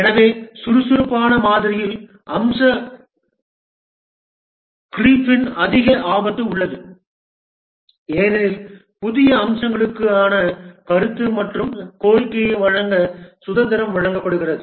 எனவே சுறுசுறுப்பான மாதிரியில் அம்ச க்ரீப்பின் அதிக ஆபத்து உள்ளது ஏனெனில் புதிய அம்சங்களுக்கான கருத்து மற்றும் கோரிக்கையை வழங்க சுதந்திரம் வழங்கப்படுகிறது